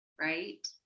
right